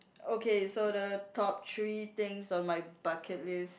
okay so the top three things on my bucket list